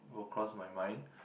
will cross my mind